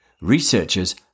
researchers